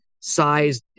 size